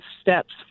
steps